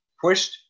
pushed